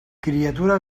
criatura